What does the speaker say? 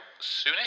soonish